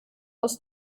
aus